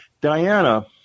Diana